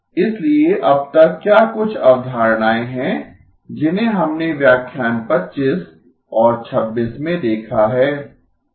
इसलिए अब तक क्या कुछ अवधारणाएँ हैं जिन्हें हमने व्याख्यान 25 और 26 में देखा है